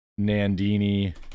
Nandini